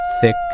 thick